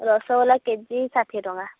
rasgulla KG ଷାଠିଏ ଟଙ୍କା